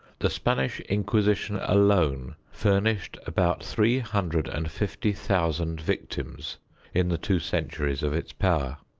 the spanish inquisition alone furnished about three hundred and fifty thousand victims in the two centuries of its power.